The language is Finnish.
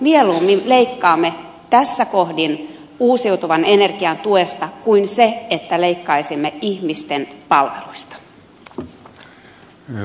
mieluummin leikkaamme tässä kohdin uusiutuvan energian tuesta kuin ihmisten palveluista